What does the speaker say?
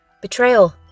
Betrayal